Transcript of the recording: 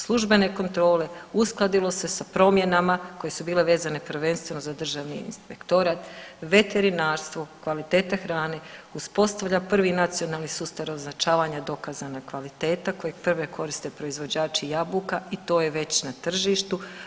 Službene kontrole uskladilo se sa promjenama koje su bile vezane prvenstveno za Državni inspektorat, veterinarstvo, kvalitete hrane, uspostavlja prvi nacionalni sustav označavanja dokazana kvaliteta kojeg prve koriste proizvođači jabuka i to je već na tržištu.